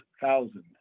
thousand